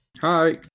hi